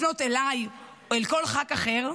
לפנות אליי או אל כל ח"כ אחר,